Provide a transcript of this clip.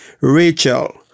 Rachel